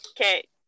okay